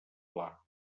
pla